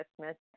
Christmas